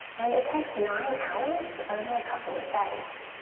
and it takes nine hours over a couple of days.